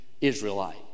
Israelite